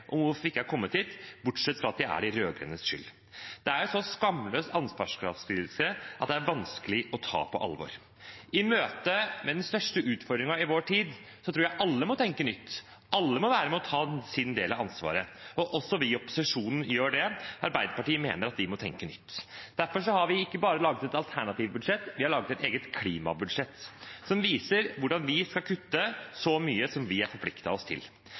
kommet dit, bortsett fra at det er de rød-grønnes skyld. Det er en så skamløs ansvarsfraskrivelse at det er vanskelig å ta på alvor. I møte med den største utfordringen i vår tid tror jeg alle må tenke nytt, alle må være med og ta sin del av ansvaret. Også vi i opposisjonen gjør det, Arbeiderpartiet mener at vi må tenke nytt. Derfor har vi ikke bare laget et alternativt budsjett, vi har laget et eget klimabudsjett, som viser hvordan vi skal kutte så mye som vi har forpliktet oss til.